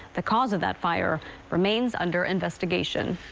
the cause of that fire remains under investigation.